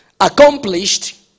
accomplished